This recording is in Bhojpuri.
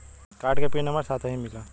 कार्ड के पिन नंबर नंबर साथही मिला?